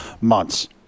months